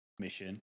mission